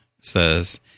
says